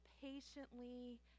patiently